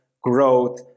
growth